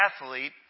athlete